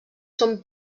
són